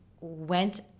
went